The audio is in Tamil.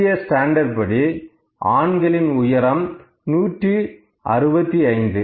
இந்திய ஸ்டாண்டர்ட் படி ஆண்களின் உயரம் 165